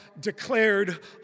declared